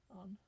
on